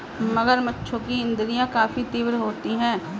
मगरमच्छों की इंद्रियाँ काफी तीव्र होती हैं